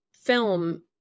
film